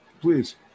please